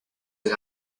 del